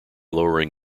lowering